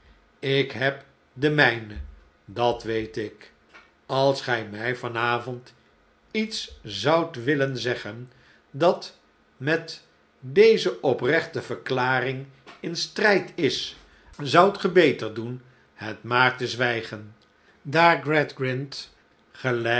ik heb de mijne dat weet ik als gij mij van avond iets zoudt willen zeggen dat met deze oprechte verklaring in strijd is zoudt ge beter doen het maar te zwijgen daar gradgrind gelijk